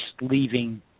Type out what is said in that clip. leaving